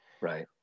Right